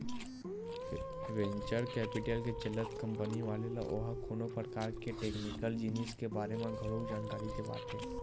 venture capital के चलत company वाले ल ओहा कोनो परकार के टेक्निकल जिनिस के बारे म घलो जानकारी देवाथे